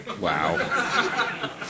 Wow